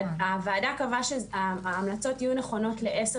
הוועדה קבעה שההמלצות יהיו נכונות לעשר